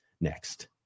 next